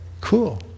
Cool